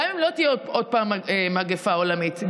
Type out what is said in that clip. גם אם לא תהיה עוד פעם מגפה עולמית,